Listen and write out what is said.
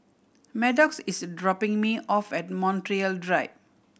Maddox is dropping me off at Montreal Drive